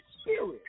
spirit